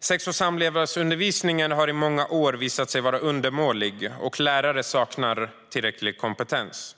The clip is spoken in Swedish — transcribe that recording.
Sex och samlevnadsundervisningen har i många år visat sig vara undermålig, och lärare saknar tillräcklig kompetens.